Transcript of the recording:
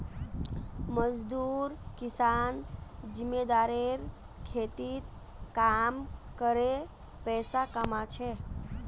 मजदूर किसान जमींदारेर खेतत काम करे पैसा कमा छेक